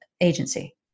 agency